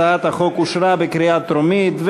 הצעת החוק אושרה בקריאה טרומית,